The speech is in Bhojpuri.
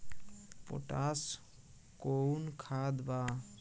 पोटाश कोउन खाद बा?